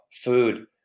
food